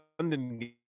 London